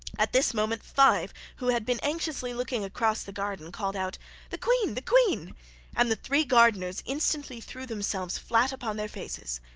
at this moment five, who had been anxiously looking across the garden, called out the queen! the queen and the three gardeners instantly threw themselves flat upon their faces.